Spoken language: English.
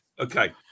okay